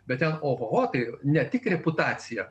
bet ten ohoho tai ne tik reputacija